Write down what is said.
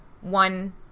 one